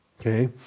Okay